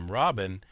robin